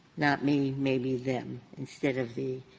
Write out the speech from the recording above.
not me, maybe them, instead of the